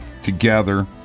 Together